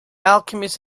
alchemist